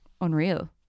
unreal